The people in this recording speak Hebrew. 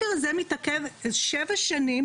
אני יכולה להגיד לכם שלגבי שאר הדברים אני הרבה פחות רגועה.